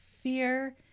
fear